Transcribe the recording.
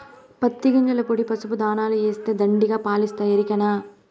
పత్తి గింజల పొడి పసుపు దాణాల ఏస్తే దండిగా పాలిస్తాయి ఎరికనా